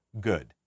good